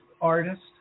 artist